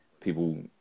people